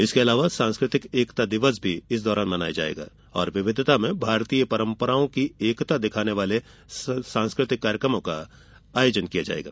इसके अलावा सांस्कृतिक एकता दिवस इस दौरान मनाया जाएगा और विविधता में भारतीय परंपराओं की एकता दिखाने वाले सांस्कृतिक कार्यक्रमों का आयोजन किया जाएगा